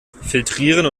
filtrieren